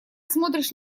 смотришь